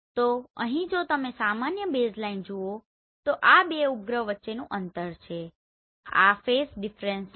તો અહીં જો તમે સામાન્ય બેઝલાઇન જુઓ છો તે આ બે ઉપગ્રહો વચ્ચેનું અંતર છે અને આ ફેઝ ડીફ્રેંસ છે